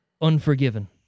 Unforgiven